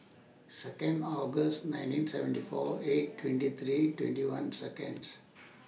Second August nineteen seventy four eight twenty three twenty one Seconds